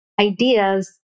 ideas